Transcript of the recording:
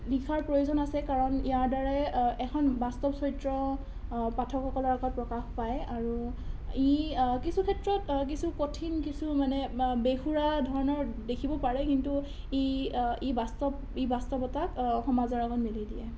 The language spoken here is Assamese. লিখাৰ প্ৰয়োজন আছে কাৰণ ইয়াৰ দ্বাৰাই এখন বাস্তৱ চৰিত্ৰ পাঠকসকলৰ আগত প্ৰকাশ পায় আৰু ই কিছু ক্ষেত্ৰত কিছু কঠিন কিছু মানে বেসুৰা ধৰণৰ দেখিব পাৰে কিন্তু ই বাস্তৱ ই বাস্তৱতাক সমাজৰ আগত মেলি দিয়ে